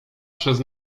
przez